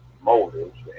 motives